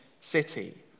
city